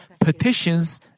petitions